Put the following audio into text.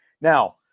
now